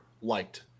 liked